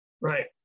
Right